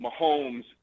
Mahomes